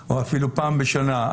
או אפילו פעם בשנה.